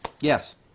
Yes